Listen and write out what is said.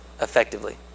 effectively